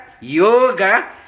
Yoga